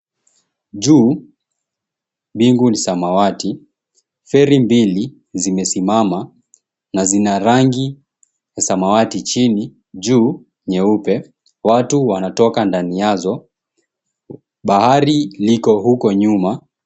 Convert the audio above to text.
Juu mbingu ni samawati, feri mbili zimesimama na zina rangi ya samawati chini, juu nyeupe. Watu wanatoka ndani yazo. Bahari liko huko nyuma.